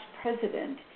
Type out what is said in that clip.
president